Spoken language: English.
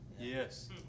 Yes